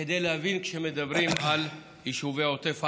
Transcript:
כדי להבין כשמדברים על יישובי עוטף עזה,